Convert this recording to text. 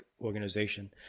organization